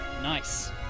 Nice